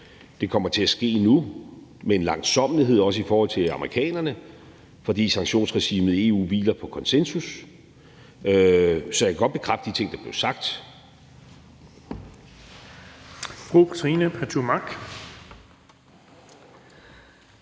Det kommer til at ske nu med en langsommelighed, også i forhold til amerikanerne, fordi sanktionsregimet i EU hviler på konsensus. Så jeg kan godt bekræfte de ting, der blev sagt.